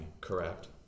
correct